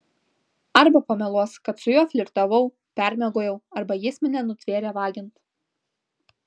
arba pameluos kad su juo flirtavau permiegojau arba jis mane nutvėrė vagiant